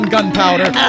Gunpowder